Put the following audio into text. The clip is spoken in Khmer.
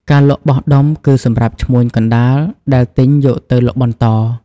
ការលក់បោះដុំ គឺសម្រាប់ឈ្មួញកណ្ដាលដែលទិញយកទៅលក់បន្ត។